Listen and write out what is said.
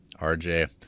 rj